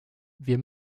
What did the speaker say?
wir